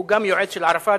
כנסת שהוא גם יועץ של ערפאת,